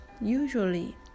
usually